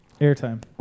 airtime